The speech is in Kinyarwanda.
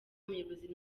muyobozi